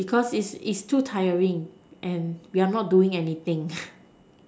because it's it's too tiring and we are not doing anything